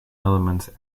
elements